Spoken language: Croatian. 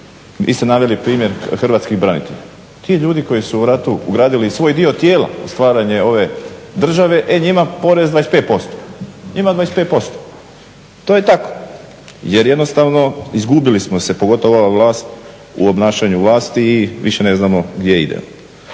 vi ste naveli primjer hrvatskih branitelja. Ti ljudi koji su u ratu ugradili i svoj dio tijela u stvaranje ove države e njima porez 25%. To je tako. Jer jednostavno izgubili smo se, pogotovo ova vlast, u obnašanju vlasti i više ne znamo gdje idemo.